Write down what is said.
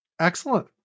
Excellent